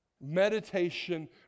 Meditation